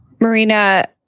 Marina